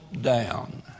down